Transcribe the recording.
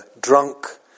drunk